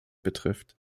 betrifft